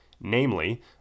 namely